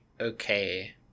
okay